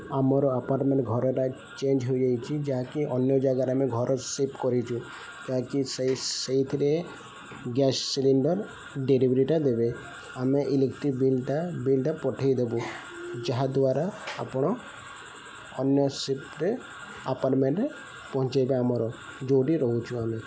ଆମର ଆପାର୍ଟ୍ମେଣ୍ଟ୍ ଘରଟା ଚେଞ୍ଜ୍ ହୋଇଯାଇଛି ଯାହାକି ଅନ୍ୟ ଜାଗାରେ ଆମେ ଘର ସିଫ୍ଟ୍ କରିଛୁ ଯାହାକି ସେଇ ସେଇଥିରେ ଗ୍ୟାସ୍ ସିଲିଣ୍ଡର୍ ଡେଲିଭରିଟା ଦେବେ ଆମେ ଇଲେକ୍ଟ୍ରିକ୍ ବିଲ୍ଟା ବିଲ୍ଟା ପଠେଇଦବୁ ଯାହାଦ୍ୱାରା ଆପଣ ଅନ୍ୟ ସିଫ୍ଟ୍ରେ ଆପାର୍ଟ୍ମେଣ୍ଟ୍ରେ ପହଞ୍ଚେଇବେ ଆମର ଯେଉଁଠି ରହୁଛୁ ଆମେ